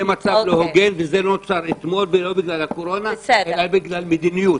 זה לא הוגן וזה לא נוצר אתמול ולא בגלל הקורונה אלא בגלל מדיניות.